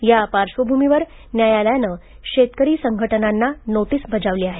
या पार्बंभूमीवर न्यायालयानं शेतकरी संघटनांना नोटीस बजावली आहे